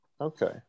Okay